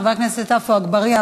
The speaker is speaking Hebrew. חבר הכנסת עפו אגבאריה,